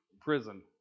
prison